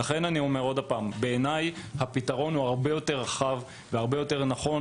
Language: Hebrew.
ולכן הפתרון בעיניי הוא הרבה יותר רחב והרבה יותר נכון